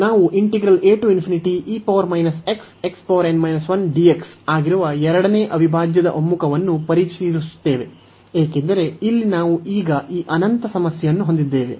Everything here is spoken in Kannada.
ನಾವು ಆಗಿರುವ ಎರಡನೇ ಅವಿಭಾಜ್ಯದ ಒಮ್ಮುಖವನ್ನು ಪರಿಶೀಲಿಸುತ್ತೇವೆ ಏಕೆಂದರೆ ಇಲ್ಲಿ ನಾವು ಈಗ ಈ ಅನಂತತೆಯ ಸಮಸ್ಯೆಯನ್ನು ಹೊಂದಿದ್ದೇವೆ